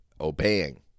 obeying